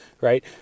right